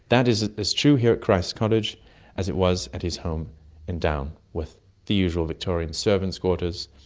that is as true here at christ's college as it was at his home in down with the usual victorian servants' quarters,